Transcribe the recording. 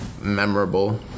memorable